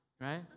right